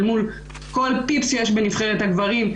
אל מול כל פיפס שיש בנבחרת הגברים.